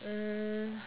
um